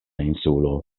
insulo